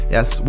Yes